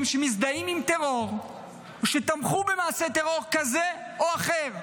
שמזדהים עם טרור או שתמכו במעשה טרור כזה או אחר.